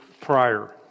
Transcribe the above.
prior